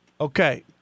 Okay